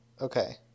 Okay